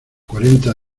cuarenta